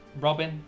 Robin